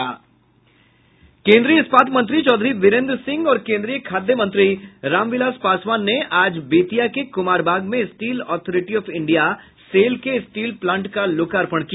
केन्द्रीय इस्पात मंत्री चौधरी वीरेन्द्र सिंह और केन्द्रीय खाद्य मंत्री रामविलास पासवान ने आज बेतिया के कुमारबाग में steel authority of India SAIL के स्टील प्लांट का लोकार्पण किया